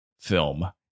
film